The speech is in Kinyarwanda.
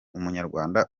umunyarwanda